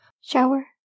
Shower